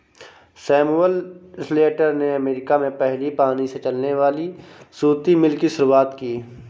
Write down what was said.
Samuel Slater ने America में पहली पानी से चलने वाली सूती मिल की शुरुआत की